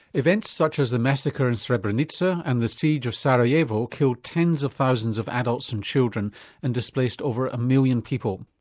events such as the massacre in srebrenica and the siege of sarajevo killed tens of thousands of adults and children and displaced over a million people.